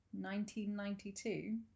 1992